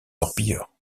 torpilleurs